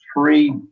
three